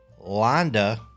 Londa